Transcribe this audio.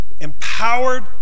empowered